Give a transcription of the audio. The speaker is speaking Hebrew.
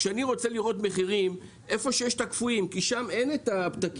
כשאני רוצה לראות מחירים בקפואים כי שם אין פתקים,